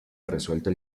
resuelto